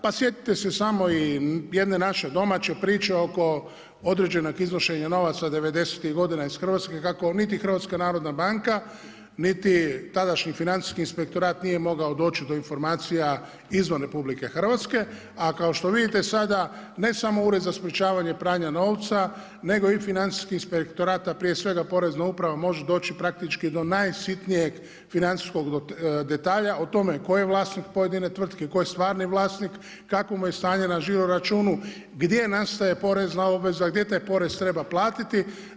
Pa sjetite se samo i jedne naše domaće priče oko određenog iznošenja novaca '90.-tih godina iz Hrvatske kako niti HNB niti tadašnji financijski inspektorat nije mogao doći do informacija izvan RH a kao što vidite sada ne samo Ured za sprječavanje pranja novca nego i financijski inspektorat a prije svega porezna uprava može doći praktički do najsitnijeg financijskog detalja o tome tko je vlasnik pojedine tvrtke, tko je stvarni vlasnik, kakvo mu je stanje na žiroračunu, gdje nastaje porezna obveza, gdje taj porez treba platiti.